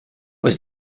was